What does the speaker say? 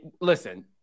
listen